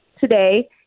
today